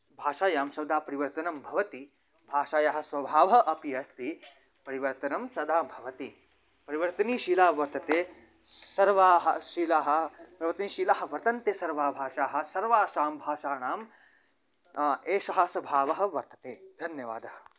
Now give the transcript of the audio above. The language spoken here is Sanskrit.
भाषायां सदा परिवर्तनं भवति भाषयाः स्वभावः अपि अस्ति परिवर्तनं सदा भवति परिवर्तनशीला वर्तते सर्वाः शिलाः शिलाः वर्तन्ते सर्वाः भाषाः सर्वासां भाषाणां एषः स्वभावः वर्तते धन्यवादः